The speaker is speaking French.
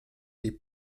les